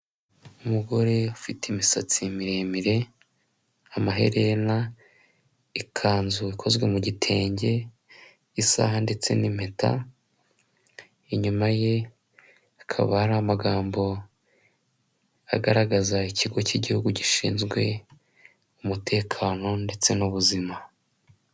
Umugore ufite imisatsi miremire amaherena, ikanzu ikozwe mu gitenge isaha ndetse n'impeta, inyuma ye hakaba ari amagambo agaragaza ikigo cy'igihugu gishinzwe umutekano ndetse n'ubuzima.